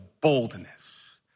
boldness